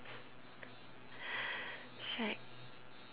shag